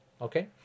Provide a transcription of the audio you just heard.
Okay